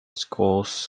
schools